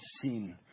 sin